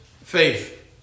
faith